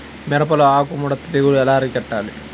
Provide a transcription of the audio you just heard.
మిరపలో ఆకు ముడత తెగులు ఎలా అరికట్టాలి?